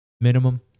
minimum